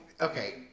okay